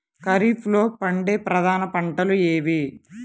ఖరీఫ్లో పండే ప్రధాన పంటలు ఏవి?